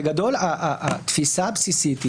בגדול התפיסה הבסיסית היא